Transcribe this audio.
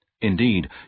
Indeed